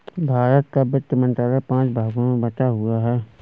भारत का वित्त मंत्रालय पांच भागों में बटा हुआ है